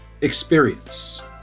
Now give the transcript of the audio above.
experience